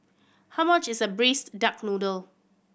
how much is a Braised Duck Noodle